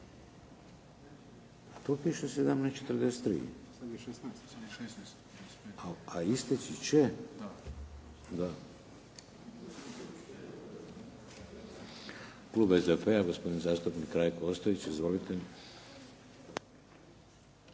Tu piše 17,43. A isteći će… Klub SDP-a, gospodin zastupnik Rajko Ostojić. Izvolite.